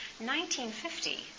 1950